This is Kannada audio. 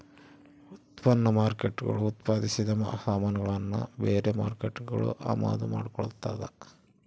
ಉತ್ಪನ್ನ ಮಾರ್ಕೇಟ್ಗುಳು ಉತ್ಪಾದಿಸಿದ ಸಾಮಾನುಗುಳ್ನ ಬೇರೆ ಮಾರ್ಕೇಟ್ಗುಳು ಅಮಾದು ಮಾಡಿಕೊಳ್ತದ